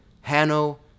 Hanno